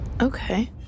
Okay